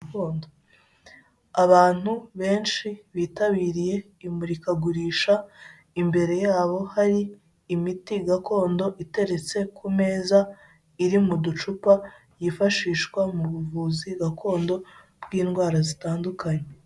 Abantu benshi bitabiriye imurikagurisha. Imbere yabo hari imiti gakondo iteretse ku meza iri mu ducupa yifashishwa mu buvuzi gakondo bw’indwara zitandukanye.